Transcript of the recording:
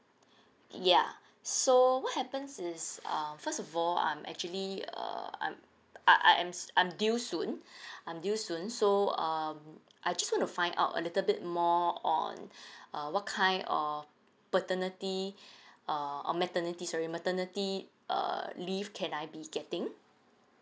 ya so what happens is um first of all I'm actually err I'm uh I I'm s~ I'm due soon I'm due soon so um I just want to find out a little bit more on err what kind or paternity err oh maternity sorry maternity err leave can I be getting